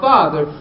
Father